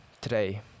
today